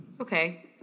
okay